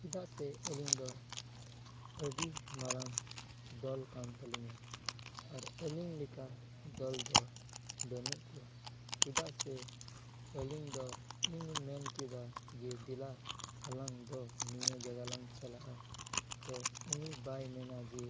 ᱪᱮᱫᱟᱜ ᱥᱮ ᱟᱹᱞᱤᱧ ᱫᱚ ᱟᱹᱰᱤ ᱢᱟᱨᱟᱝ ᱫᱚᱞ ᱠᱟᱱ ᱛᱟᱞᱤᱧᱟ ᱟᱨ ᱟᱹᱞᱤᱧ ᱞᱮᱠᱟ ᱫᱚᱞ ᱫᱚ ᱵᱟᱹᱱᱩᱜ ᱠᱚᱣᱟ ᱪᱮᱫᱟᱜ ᱥᱮ ᱟᱹᱞᱤᱧ ᱫᱚ ᱤᱧ ᱢᱮᱱ ᱠᱮᱫᱟ ᱡᱮ ᱫᱮᱞᱟ ᱟᱞᱟᱝ ᱫᱚ ᱱᱤᱭᱟᱹ ᱡᱟᱭᱜᱟ ᱞᱟᱝ ᱪᱟᱞᱟᱜᱼᱟ ᱛᱚ ᱩᱱᱤ ᱵᱟᱭ ᱢᱮᱱᱟ ᱡᱮ